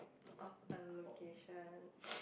of a location